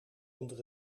onder